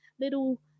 little